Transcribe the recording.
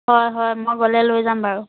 হয় হয় মই গ'লে লৈ যাম বাৰু